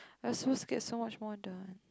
ya so scared so much more done